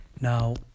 Now